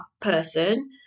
person